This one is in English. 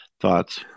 thoughts